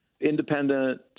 independent